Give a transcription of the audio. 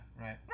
right